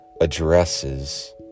addresses